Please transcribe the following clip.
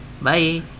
Bye